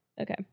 okay